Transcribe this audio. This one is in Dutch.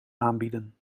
aanbieden